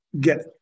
get